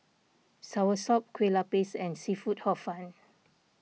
Soursop Kueh Lapis and Seafood Hor Fun